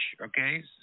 okay